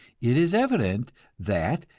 it is evident that,